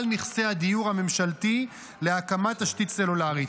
נכסי הדיור הממשלתי להקמת תשתית סלולרית.